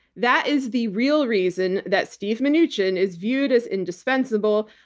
that is the real reason that steve mnuchin is viewed as indispensable,